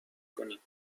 کنین